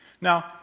Now